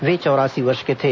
वे चौरासी वर्ष के थे